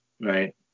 right